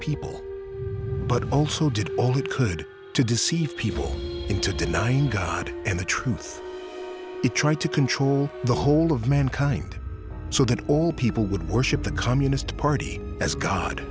people but also did all it could to deceive people into denying god and the truth to try to control the whole of mankind so that all people would worship the communist party as god